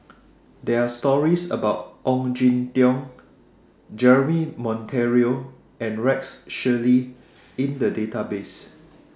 There Are stories about Ong Jin Teong Jeremy Monteiro and Rex Shelley in The Database